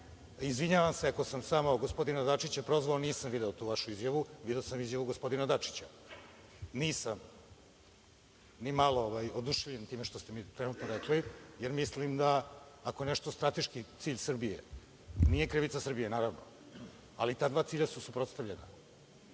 Izvinjavam se ako sam gospodina Dačića prozvao, nisam video tu vašu izjavu, video sam izjavu gospodina Dačića. Nisam ni malo oduševljen time što ste mi trenutno rekli, jer mislim da ako je nešto strateški cilj Srbije, nije krivica Srbije, naravno, ali ta dva cilja su suprotstavljena.